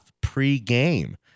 pre-game